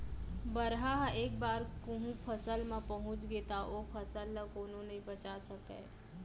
बरहा ह एक बार कहूँ फसल म पहुंच गे त ओ फसल ल कोनो नइ बचा सकय